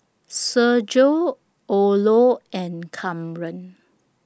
Sergio Orlo and Kamren